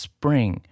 Spring